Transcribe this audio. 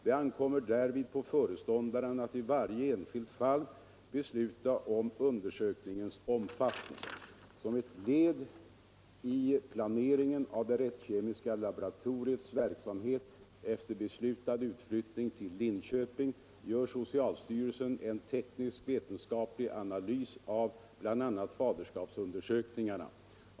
Det ankommer därvid på föreståndaren att i varje enskilt fall besluta om undersökningens omfattning. Som ett led i planeringen av det rättskemiska laboratoriets verksamhet efter beslutad utflyttning till Linköping gör socialstyrelsen en tekniskvetenskaplig analys av bl.a. faderskapsundersökningarna.